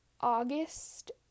August